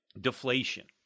deflation